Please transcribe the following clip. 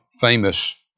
famous